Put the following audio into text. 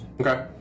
okay